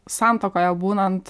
santuokoje būnant